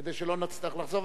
כדי שלא נצטרך לחזור.